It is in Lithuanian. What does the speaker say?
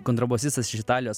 kontrabosistas iš italijos